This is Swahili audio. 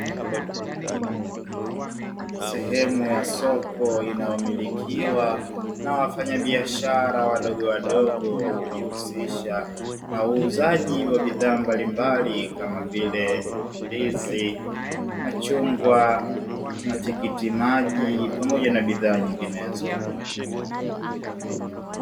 Sehemu ya soko inayomilikiwa na wafanyabiashara wadogowadogo, wakijihusisha na uuzaji wa bidhaa mbalimbali kama vile; ndizi, machungwa, matikiti maji pamoja na bidhaa nyinginezo.